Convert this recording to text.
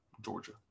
Georgia